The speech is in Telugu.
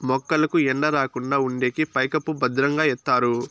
మొక్కలకు ఎండ రాకుండా ఉండేకి పైకప్పు భద్రంగా ఎత్తారు